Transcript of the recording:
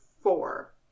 four